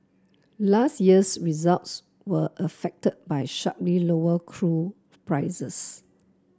last year's results were affected by sharply lower prices